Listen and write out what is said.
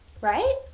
right